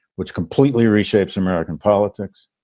which completely reshapes american politics.